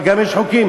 מחר גם יש חוקים?